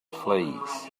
fleas